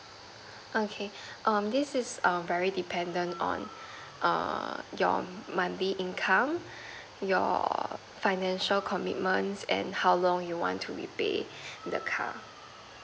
okay um this is err vary dependant on err your monthly income your financial commitments and how long you want to repay the car